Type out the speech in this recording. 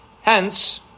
Hence